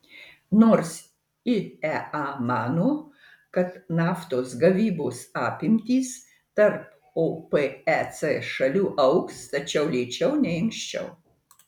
nors iea mano kad naftos gavybos apimtys tarp opec šalių augs tačiau lėčiau nei anksčiau